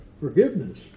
Forgiveness